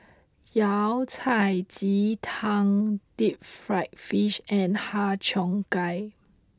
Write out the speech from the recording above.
Yao Cai Ji Tang Deep Fried Fish and Har Cheong Gai